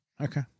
Okay